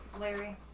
Larry